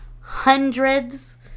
hundreds